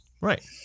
Right